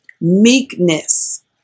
meekness